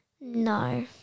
No